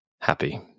happy